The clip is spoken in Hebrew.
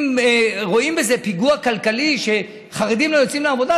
אם רואים בזה פיגוע כלכלי שחרדים לא יוצאים לעבודה,